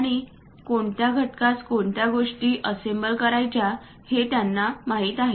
आणि कोणत्या घटकास कोणत्या गोष्टी असेम्ब्ल करायच्या हे त्यांना माहित आहे